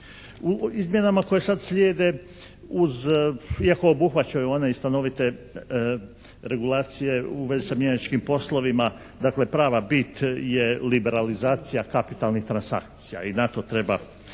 U izmjenama koje sada slijede, iako obuhvaćaju one i stanovite regulacije u vezi sa mjenjačkim poslovima, dakle prava bit je liberalizacija kapitalnih transakcija i na to treba